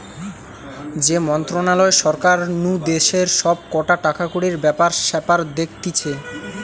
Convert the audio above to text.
যে মন্ত্রণালয় সরকার নু দেশের সব কটা টাকাকড়ির ব্যাপার স্যাপার দেখতিছে